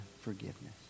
forgiveness